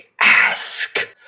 ask